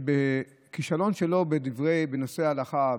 שהכישלון שלו בנושא הלכה,